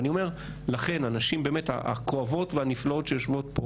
לכן, הנשים הכואבות והנפלאות שיושבות פה